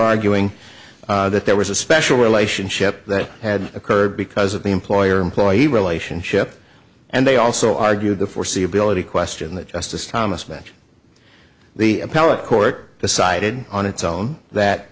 arguing that there was a special relationship that had occurred because of the employer employee relationship and they also argued the foreseeability question that justice thomas bench the appellate court decided on its own that